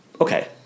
okay